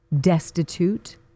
destitute